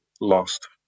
lost